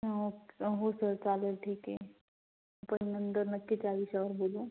हो सर चालेल ठीक आहे आपण नंतर नक्कीच या विषयावर बोलू